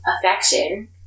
affection